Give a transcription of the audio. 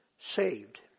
saved